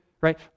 right